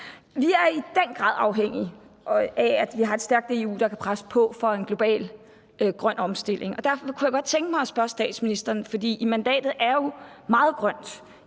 Vi er i den grad afhængige af, at vi har et stærkt EU, der kan presse på for en global grøn omstilling, og derfor kunne jeg godt – for mandatet er jo meget grønt